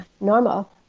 normal